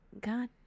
god